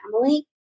family